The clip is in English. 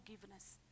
forgiveness